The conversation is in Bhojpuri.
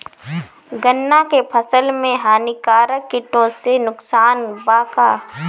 गन्ना के फसल मे हानिकारक किटो से नुकसान बा का?